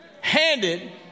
handed